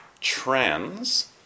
trans